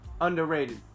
underrated